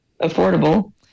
affordable